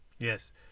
Yes